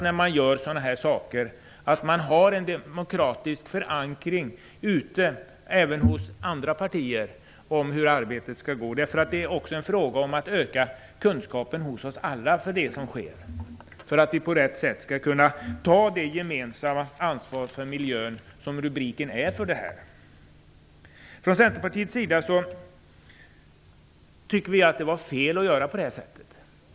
När man gör sådana här saker är det viktigt att ha en demokratisk förankring även hos andra partier i fråga om hur arbetet skall gå till. Det är ju också fråga om att öka kunskapen hos oss alla om det som sker för att vi på rätt sätt skall kunna ta ett gemensamt ansvar för miljön - i enlighet med rubriken. Vi i Centerpartiet tycker att det var fel att göra på det sättet.